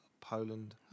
Poland